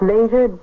Later